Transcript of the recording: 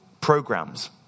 programs